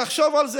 תחשוב על זה,